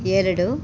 ಎರಡು